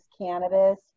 cannabis